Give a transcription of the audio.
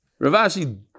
Ravashi